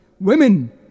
Women